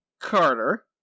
Carter